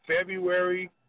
February